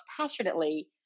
passionately